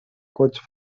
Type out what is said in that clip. coach